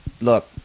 Look